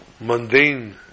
mundane